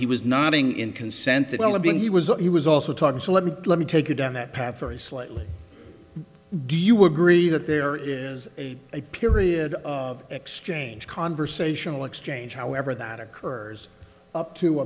he was nodding in consent that well i'm being he was he was also talking so let me let me take you down that path for slightly do you agree that there is a period of exchange conversational exchange however that occurs up to